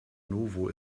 novo